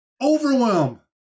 overwhelm